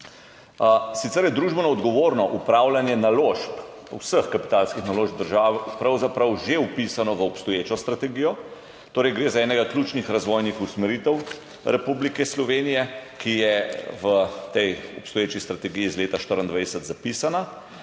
Sicer je družbeno odgovorno upravljanje naložb, vseh kapitalskih naložb države, pravzaprav že vpisano v obstoječo strategijo. Gre torej za eno ključnih razvojnih usmeritev Republike Slovenije, ki je v obstoječi strategiji iz leta 2024 zapisana,